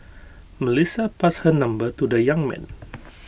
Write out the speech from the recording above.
Melissa passed her number to the young man